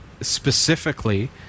specifically